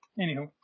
Anyhow